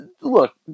look